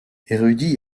érudit